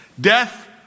Death